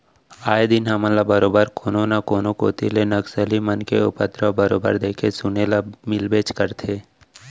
आए दिन हमन ल बरोबर कोनो न कोनो कोती ले नक्सली मन के उपदरव बरोबर देखे सुने ल मिलबेच करथे